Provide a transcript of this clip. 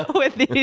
ah but with these?